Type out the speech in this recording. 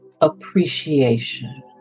appreciation